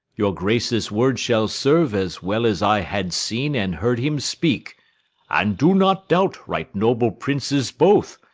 your grace's word shall serve as well as i had seen and heard him speak and do not doubt, right noble princes both,